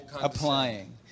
applying